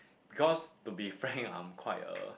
because to be frank I'm quite a